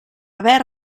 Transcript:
haver